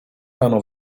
rano